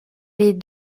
les